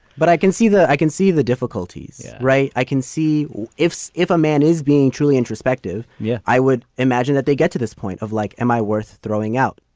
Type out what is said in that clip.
but i can see that. i can see the difficulties. yeah right. i can see if if a man is being truly introspective yeah. i would imagine that they get to this point of like am i worth throwing out.